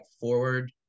forward